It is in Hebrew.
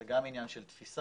זה גם עניין של תפיסה,